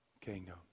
kingdom